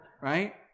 right